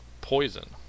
Poison